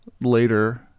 later